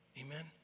Amen